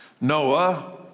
Noah